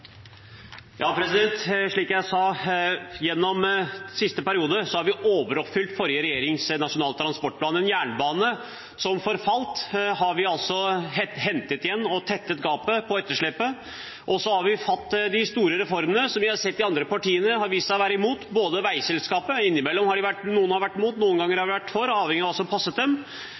jeg sa tidligere, har vi gjennom siste periode overoppfylt forrige regjerings nasjonale transportplan. En jernbane som forfalt, har vi hentet inn igjen, og vi har tettet gapet på etterslepet. Så har vi hatt de store reformene, som de andre partiene har vist seg å være imot, bl.a. veiselskapet. Innimellom har noen av dem vært imot, og noen ganger har de vært for, avhengig av hva som passet dem,